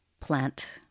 plant